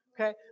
Okay